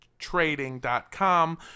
trading.com